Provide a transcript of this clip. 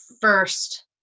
first